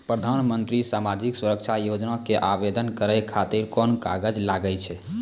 प्रधानमंत्री समाजिक सुरक्षा योजना के आवेदन करै खातिर कोन कागज लागै छै?